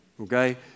Okay